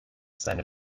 seine